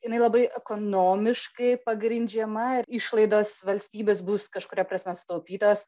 jinai labai ekonomiškai pagrindžiama ir išlaidos valstybės bus kažkuria prasme sutaupytos